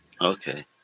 okay